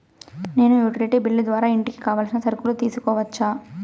నేను utility bill ద్వారా ఇంటికి కావాల్సిన సరుకులు తీసుకోవచ్చా?